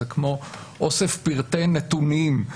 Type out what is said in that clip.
זה כמו אוסף פרטי נתונים.